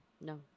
no